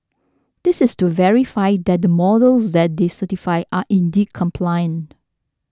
this is to verify that the models that they certified are indeed compliant